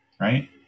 right